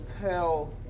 tell